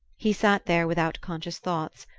he sat there without conscious thoughts,